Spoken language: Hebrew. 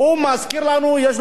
יש לו עכשיו פוקר חדש,